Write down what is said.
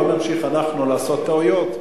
לא נמשיך אנחנו לעשות טעויות.